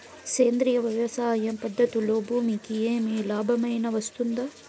సేంద్రియ వ్యవసాయం పద్ధతులలో భూమికి ఏమి లాభమేనా వస్తుంది?